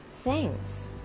Thanks